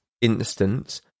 instance